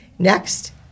Next